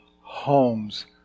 homes